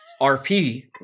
RP